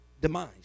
demise